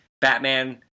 Batman